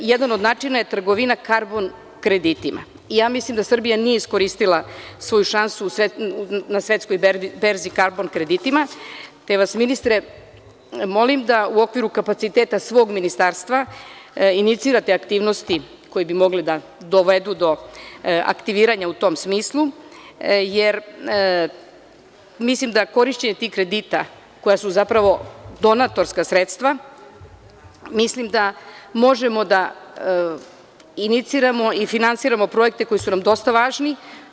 Jedan od načina je trgovina karbon-kreditima i mislim da Srbija nije iskoristila svoju šansu na svetskoj berzi karbon-kreditima, te vas ministre molim da u okviru kapaciteta svog ministarstva inicirate aktivnosti koji bi mogli da dovedu do aktiviranja u tom smislu, jer mislim da korišćenje tih kredita koja su zapravo donatorska sredstva, mislim da možemo da iniciramo i finansiramo projekte koji su nam dosta važni.